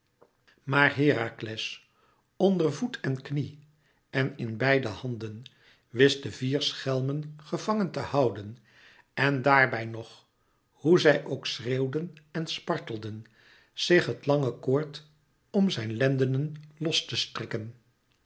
maar herakles onder voet en knie en in beide handen wist de vier schelmen gevangen te houden en daarbij nog hoe zij ook schreeuwden en spartelden zich het lange koord om zijn lendenen los te strikken